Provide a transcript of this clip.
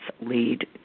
lead